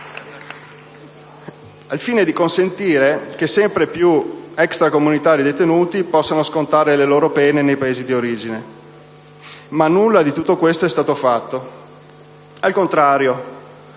al fine di consentire che sempre più extracomunitari detenuti possano scontare le loro pene nei Paesi di origine. Ma nulla di tutto questo è stato fatto. Al contrario,